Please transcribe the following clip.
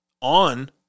on